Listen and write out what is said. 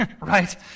right